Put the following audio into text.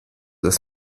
das